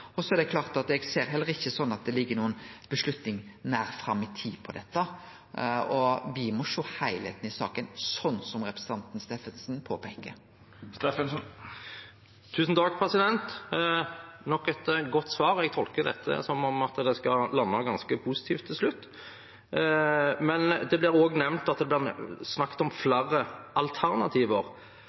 Eg ser heller ikkje at det ligg noka avgjerd nært fram i tid om dette, og me må sjå heilskapen i saka, slik representanten Steffensen påpeiker. Tusen takk for nok et godt svar. Jeg tolker dette som at det skal lande ganske positivt til slutt. Det blir også nevnt at det har blitt snakket om flere alternativer, bl.a. areal. Det er snakk om